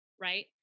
Right